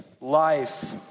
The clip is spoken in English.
life